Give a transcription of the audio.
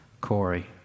Corey